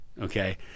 Okay